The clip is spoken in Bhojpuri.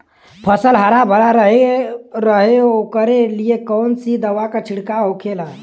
फसल हरा भरा रहे वोकरे लिए कौन सी दवा का छिड़काव होखेला?